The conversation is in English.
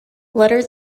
letters